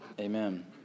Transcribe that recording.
amen